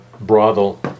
brothel